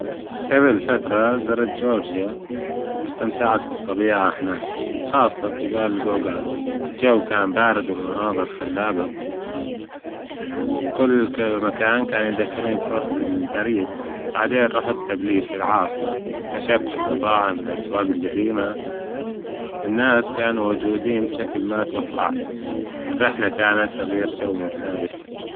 جبل فترة زرت جورجيا وإستمتعت بالطبيعة هناك، خاصة بجبال الجوجاز، الجو كان بارد والمناظر خلابة، كل مكان كان يذكرني بكرة البريد. بعدين رحت تبليس العاصمة، إكتشفت المطاعم ،الأسواق الجديمة الناس كانوا ودودين بشكل ما توجعت، الرحلة كانت تغيير جو مثالي.